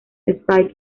spike